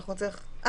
9. (א)